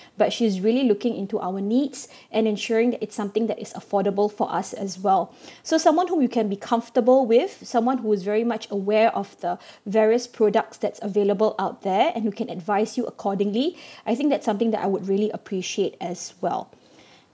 but she is really looking into our needs and ensuring that it's something that is affordable for us as well so someone whom you can be comfortable with someone who's very much aware of the various products that's available out there and who can advise you accordingly I think that's something that I would really appreciate as well